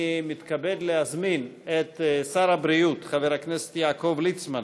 אני מתכבד להזמין את שר הבריאות חבר הכנסת יעקב ליצמן